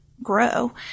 grow